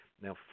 Now